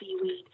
seaweed